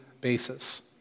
basis